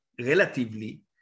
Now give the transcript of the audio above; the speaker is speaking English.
relatively